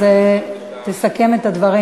אז תסכם את הדברים.